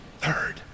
Third